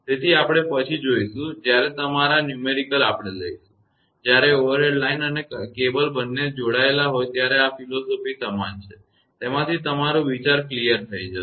તેથી આપણે પછી જોઇશું કે જ્યારે તમારો સંખ્યાત્મક આપણે લઈશું જ્યારે ઓવરહેડ લાઇન અને કેબલ બંને જોડાયેલા હોય ત્યારે આ ફિલસૂફી સમાન રહેશે તેમાંથી તમારો વિચાર સાફ થઈ જશે